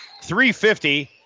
350